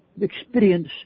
experience